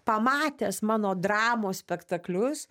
pamatęs mano dramos spektaklius